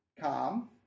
calm